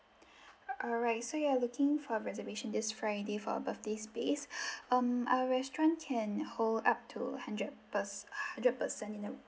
alright so you are looking for reservation this friday for a birthday space um our restaurant can hold up to hundred pers~ hundred person in um